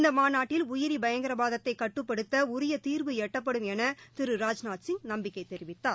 இந்த மாநாட்டில் உயிரி பயங்கரவாதத்தைக் கட்டுப்படுத்த உரிய தீர்வு எட்டப்படும் என திரு ராஜ்நாத்சிங் நம்பிக்கை தெரிவித்தார்